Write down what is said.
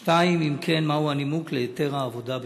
2. אם כן, מהו הנימוק להיתר העבודה בשבת?